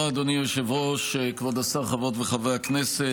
חברי הכנסת,